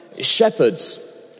shepherds